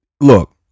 look